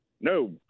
No